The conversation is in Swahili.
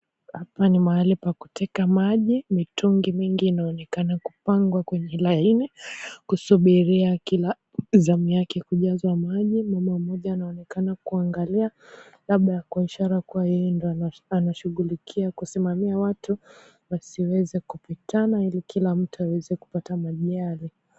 Hapa ni mahali pa kuteka maji, mitungi mingi inaonekana kupangwa kwenye line kusubiria kila zamu yake kujazwa maji. Mama mmoja anaonekana kuangalia labda kwa ishara kua yeye ndiye ana shughulikia kusimamia watu wasiweze kupitana ili kila mtu aweze kupata maji yake.